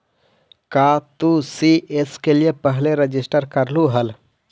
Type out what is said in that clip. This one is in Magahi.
का तू सी.एस के लिए पहले रजिस्टर करलू हल